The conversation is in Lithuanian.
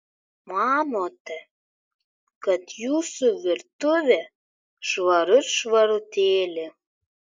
manote kad jūsų virtuvė švarut švarutėlė